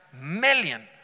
million